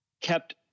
kept